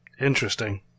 Interesting